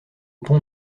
pont